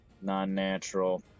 non-natural